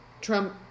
Trump